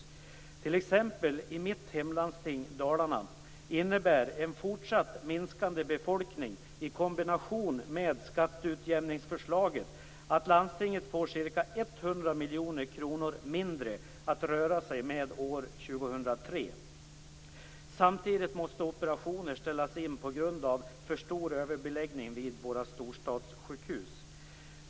I t.ex. mitt hemlandsting, Dalarna, innebär en fortsatt minskande befolkning i kombination med skatteutjämningsförslaget att landstinget får ca 100 miljoner kronor mindre att röra sig med år 2003. Samtidigt måste operationer ställas in på grund av för stor överbeläggning vid våra storstadssjukhus.